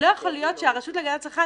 לא יכול להיות שהרשות להגנת הצרכן